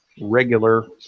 regular